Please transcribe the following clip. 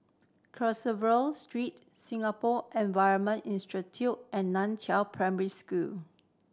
Carver Street Singapore Environment Institute and Nan Chiau Primary School